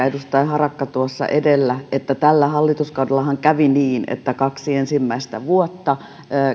edustaja harakka tuossa edellä että tällä hallituskaudellahan kävi niin että kaksi ensimmäistä vuotta